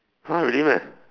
!huh! really meh